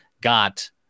got